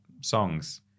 songs